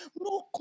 no